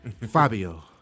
Fabio